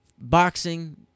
Boxing